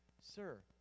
sir